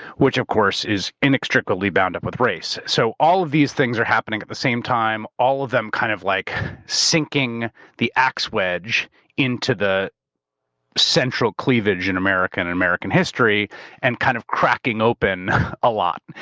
which of course is inextricably bound up with race. so all of these things are happening at the same time, all of them kind of like sinking the ax wedge into the central cleavage in american in american history and kind of cracking open a lot.